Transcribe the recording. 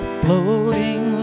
floating